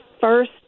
first